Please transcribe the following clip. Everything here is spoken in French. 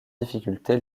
difficulté